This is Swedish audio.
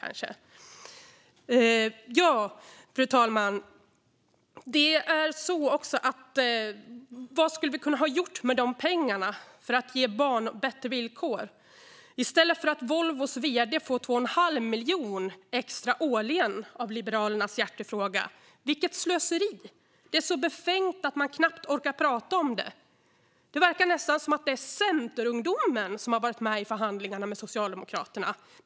Fru talman! Tänk vad vi skulle ha kunnat göra för att ge barn bättre villkor i stället för att ge Volvos vd 2 1⁄2 miljon extra årligen genom Liberalernas hjärtefråga. Vilket slöseri! Det är så befängt att jag knappt orkar prata om det. Det verkar nästan som att Centerns ungdomsförbund har förhandlat med Socialdemokraterna.